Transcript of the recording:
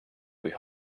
kui